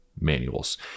manuals